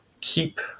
keep